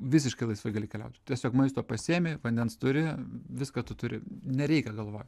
visiškai laisvai gali keliauti tiesiog maisto pasiimi vandens turi viską tu turi nereikia galvot